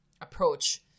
approach